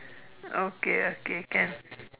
okay okay can